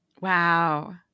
Wow